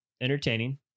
entertaining